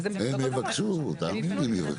הם יבקשו, תאמיני לי.